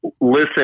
Listen